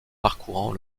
parcourant